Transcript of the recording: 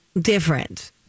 different